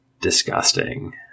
disgusting